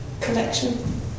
collection